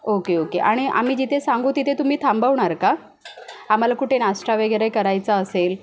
okay okay आणि आम्ही जिथे सांगू तिथे तुम्ही थांबवणार का आम्हाला कुठे नाश्ता वगैरे करायचा असेल